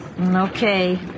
okay